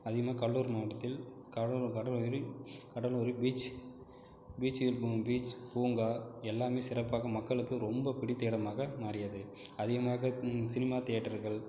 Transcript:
அதிகமாக கடலூர் மாவட்டத்தில் கடலூர் கடலூரில் கடலூரில் பீச் பீச்சுகள் போவோம் பீச் பூங்கா எல்லாமே சிறப்பாக மக்களுக்கு ரொம்ப பிடித்த இடமாக மாறியது அதிகமாக சினிமா தியேட்டர்கள்